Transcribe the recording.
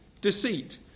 deceit